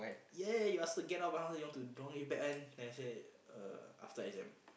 ya you ask her get out of my house then you don't want give back one then I say uh after exam